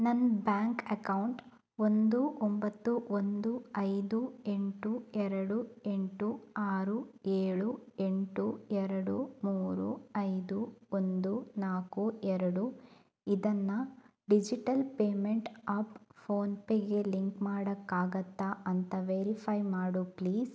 ನನ್ನ bank account ಒಂದು ಒಂಬತ್ತು ಒಂದು ಐದು ಎಂಟು ಎರಡು ಎಂಟು ಆರು ಏಳು ಎಂಟು ಎರಡು ಮೂರು ಐದು ಒಂದು ನಾಲ್ಕು ಎರಡು ಇದನ್ನು ಡಿಜಿಟಲ್ ಪೇಮೆಂಟ್ ಆಪ್ ಫೋನ್ಪೇಗೆ ಲಿಂಕ್ ಮಾಡೋಕ್ಕಾಗತ್ತಾ ಅಂತ ವೇರಿಫೈ ಮಾಡು ಪ್ಲೀಸ್